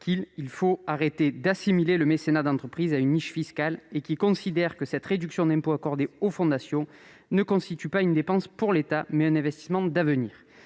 qu'il fallait arrêter d'assimiler le mécénat d'entreprise a une niche fiscale, considérant que cette réduction d'impôt accordée aux fondations constituait non pas une dépense pour l'État, mais un investissement d'avenir.